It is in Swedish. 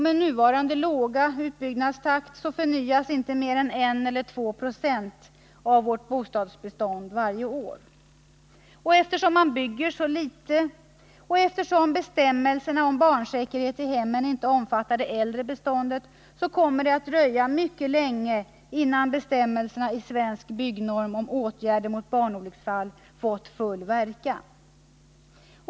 Med nuvarande låga utbyggnadstakt förnyas inte mer än 1-2 96 av vårt bostadsbestånd varje år. Eftersom man bygger så litet och eftersom bestämmelserna om barnsäkerhet i hemmen inte omfattar det äldre beståndet, kommer det att dröja mycket länge innan bestämmelserna i Svensk byggnorm och åtgärder mot barnolycksfall har fått full verkan.